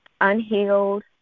unhealed